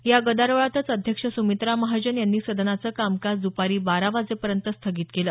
या गदारोळात अध्यक्ष सुमित्रा महाजन यांनी सदनाचं कामकाज दपारी बारा वाजेपर्यंत स्थगित केलं